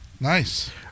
nice